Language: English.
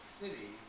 city